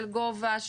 של גובה,